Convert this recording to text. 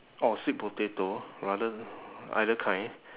or sweet potato rather either kind